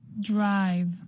Drive